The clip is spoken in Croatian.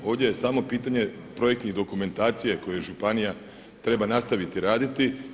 Ovdje je samo pitanje projektne dokumentacije koje županija treba nastaviti raditi.